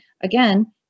again